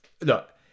Look